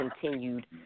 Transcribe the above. continued